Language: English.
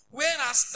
Whereas